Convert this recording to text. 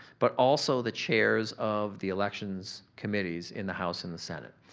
but also the chairs of the elections committees in the house and the senate.